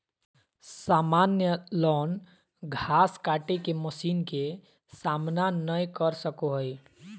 सामान्य लॉन घास काटे के मशीन के सामना नय कर सको हइ